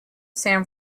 san